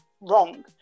wrong